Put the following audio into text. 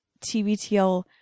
TVTL